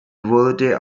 wurde